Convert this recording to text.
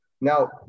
Now